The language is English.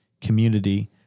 community